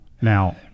Now